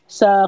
sa